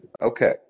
okay